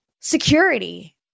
security